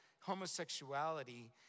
homosexuality